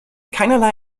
keinerlei